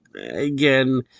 again